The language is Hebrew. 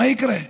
מה יקרה?